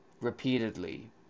repeatedly